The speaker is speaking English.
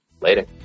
later